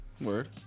Word